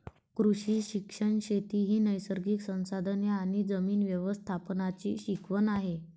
कृषी शिक्षण शेती ही नैसर्गिक संसाधने आणि जमीन व्यवस्थापनाची शिकवण आहे